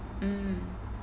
mm